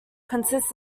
consists